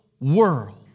world